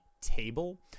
table